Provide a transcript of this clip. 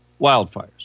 wildfires